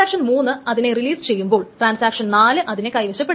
ഇനി ട്രാൻസാക്ഷൻ 3 അതിനെ റിലീസ് ചെയ്യുമ്പോൾ ട്രാൻസാക്ഷൻ 4 അതിനെ കൈവശപ്പെടുത്തുന്നു